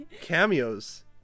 cameos